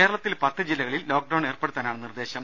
കേരളത്തിൽ പത്ത് ജില്ലകളിൽ ലോക്ക്ഡൌൺ ഏർപ്പെടുത്താനാണ് നിർദേശം